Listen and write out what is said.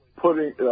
putting